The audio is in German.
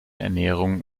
ernährung